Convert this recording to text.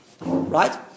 Right